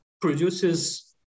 produces